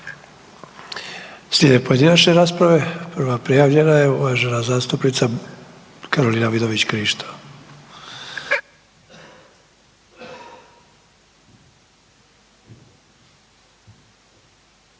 Slijede pojedinačne rasprave. Prva prijavljena je uvažena zastupnica Karolina Vidović Krišto.